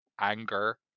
anger